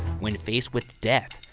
when faced with death,